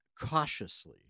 cautiously